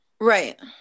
right